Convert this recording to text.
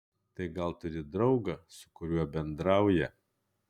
tai gal turi draugą su kuriuo bendrauja